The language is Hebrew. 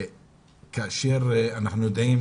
כאשר אנחנו יודעים